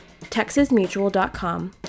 texasmutual.com